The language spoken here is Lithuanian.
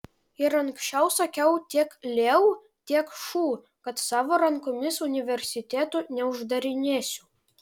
ir anksčiau sakiau tiek leu tiek šu kad savo rankomis universitetų neuždarinėsiu